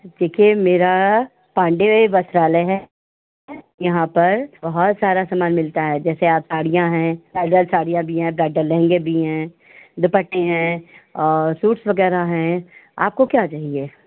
देखिए मेरा पाण्डेय वस्त्रालय हैं यहाँ पर बहुत सारा समान मिलता है जैसे साड़ियाँ हैं ब्राइडल साड़ियाँ भी हैं ब्राइडल लहंगे भी हैं दुपट्टे हैं और सूट्स वगेरह हैं आपको क्या चाहिए